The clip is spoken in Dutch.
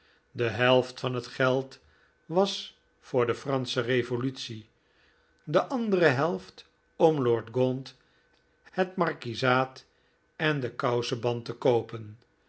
de helft van het geld was voor de fransche revolutie de andere helft om lord gaunt het markiezaat en den kouseband te koopen